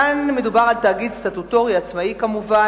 כאן מדובר על תאגיד סטטוטורי עצמאי כמובן.